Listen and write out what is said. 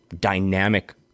dynamic—